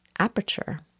aperture